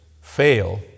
fail